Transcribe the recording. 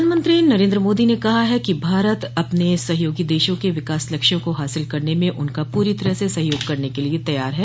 प्रधानमंत्री नरेन्द्र मोदी ने कहा है कि भारत अपने सहयोगी देशों के विकास लक्ष्यों को हासिल करने में उनका पूरी तरह सहयोग करने के लिए तैयार है